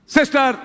Sister